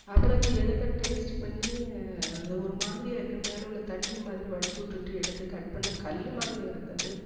அப்புறம் அதை எடுத்தால் டேஸ்ட்டு பண்ணி அது ஒருமாதிரியாக இருக்குதுன்னு மேலே உள்ள தண்ணி மாதிரி வடித்து விட்டுட்டு எடுத்து கட் பண்ணால் கல் மாதிரி இருந்தது